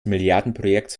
milliardenprojektes